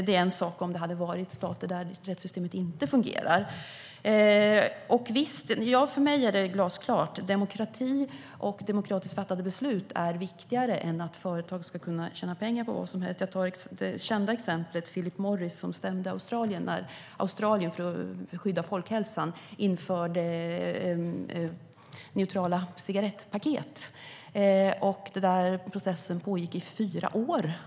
Det är en sak om det hade varit stater där rättssystemet inte fungerar. För mig är det glasklart att demokrati och demokratiskt fattade beslut är viktigare än att företag ska kunna tjäna pengar på vad som helst. Låt mig ta det kända exemplet med Philip Morris som stämde Australien när Australien för att skydda folkhälsan införde neutrala cigarettpaket. Processen pågick i fyra år.